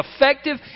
effective